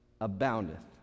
aboundeth